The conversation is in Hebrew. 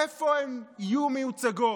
איפה הן יהיו מיוצגות?